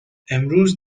امروز